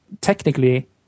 technically